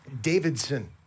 Davidson